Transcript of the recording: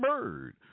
bird